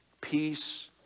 peace